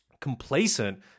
complacent